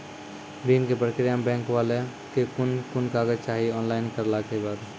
ऋण के प्रक्रिया मे बैंक वाला के कुन कुन कागज चाही, ऑनलाइन करला के बाद?